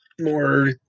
more